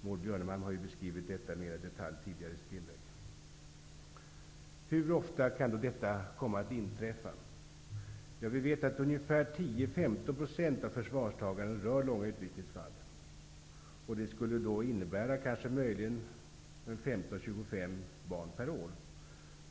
Maud Björnemalm har beskrivit detta mer i detalj tidigare i sitt inlägg. Hur ofta kan då detta komma att inträffa? Vi vet att ungefär 10--15 % av förvarstagandena rör människor som har väntat en längre tid på utvisning. Det skulle möjligen innebära 15--25 barn per år.